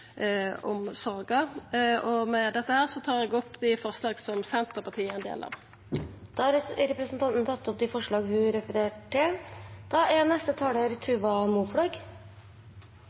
Med dette tar eg opp dei forslaga som Senterpartiet er med på. Da har representanten Kjersti Toppe tatt opp de forslagene hun refererte til. Dette er